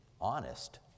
honest